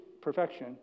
perfection